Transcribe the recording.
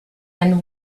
and